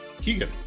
keegan